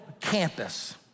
campus